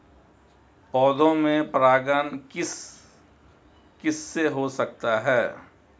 पौधों में परागण किस किससे हो सकता है?